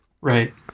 right